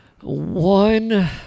One